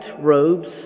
robes